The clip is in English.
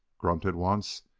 grunted once,